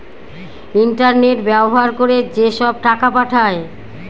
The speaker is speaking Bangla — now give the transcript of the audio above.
ইন্টারনেট ব্যবহার করে যেসব টাকা পাঠায়